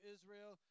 Israel